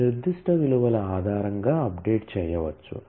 నిర్దిష్ట విలువల ఆధారంగా అప్డేట్స్ చేయవచ్చు